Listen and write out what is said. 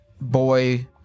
boy